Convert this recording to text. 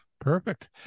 perfect